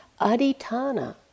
Aditana